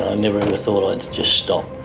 ah never ever thought i'd just stop